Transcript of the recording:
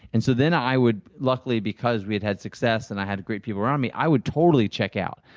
and so then i would, luckily because we had had success and i had great people around me, i would totally check out.